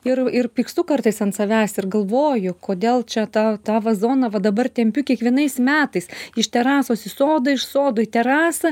ir ir pykstu kartais ant savęs ir galvoju kodėl čia tą tą vazoną va dabar tempiu kiekvienais metais iš terasos į sodą iš sodo į terasą